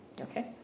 okay